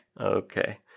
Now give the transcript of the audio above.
Okay